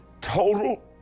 total